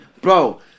Bro